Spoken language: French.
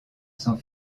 sont